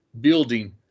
building